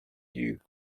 you